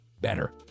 better